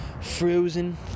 frozen